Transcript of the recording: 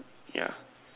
ya